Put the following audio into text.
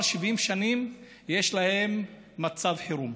כבר 70 שנה יש להן מצב חירום?